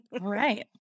Right